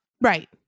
Right